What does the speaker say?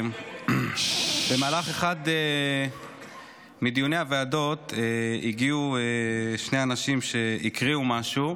במהלך אחד מדיוני הוועדות הגיעו שני אנשים שהקריאו משהו.